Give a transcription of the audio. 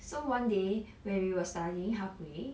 so one day when we were studying halfway